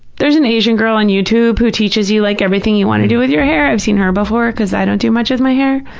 there's an asian girl on youtube who teaches you like everything you want to do with your hair, i've seen her before, because i don't do much with my hair.